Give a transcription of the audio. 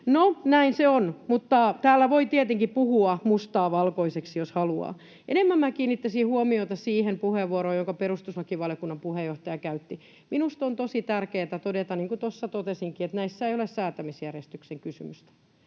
No, näin se on, mutta täällä voi tietenkin puhua mustaa valkoiseksi, jos haluaa. Enemmän kiinnittäisin huomiota siihen puheenvuoroon, jonka perustuslakivaliokunnan puheenjohtaja käytti. Minusta on tosi tärkeätä todeta, niin kuin tuossa totesinkin, että näissä ei ole säätämisjärjestyksen kysymystä.